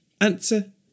Answer